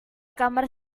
kamar